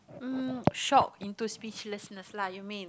um short into speechlessness lah you mean